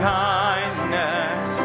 kindness